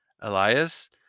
Elias